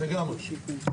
גרושים.